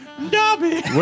Dobby